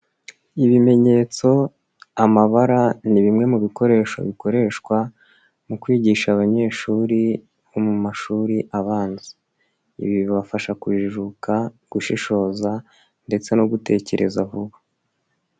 Ibimenyetso, amabara ni bimwe mu bikoresho bikoreshwa mu kwigisha abanyeshuri bo mu mashuri abanza. Ibi bibafasha kujijuka, gushishoza ndetse no gutekereza vuba.